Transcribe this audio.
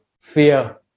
fear